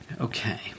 Okay